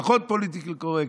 פחות פוליטיקלי קורקט,